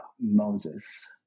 Moses